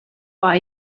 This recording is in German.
war